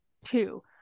Two